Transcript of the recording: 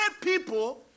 people